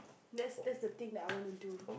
that's that's the thing that I want to do